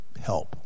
help